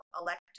elect